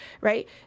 right